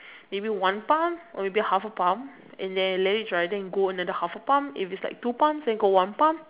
maybe one pump or maybe half a pump and then let it dry then go another half a pump if it's like two pump then go one pump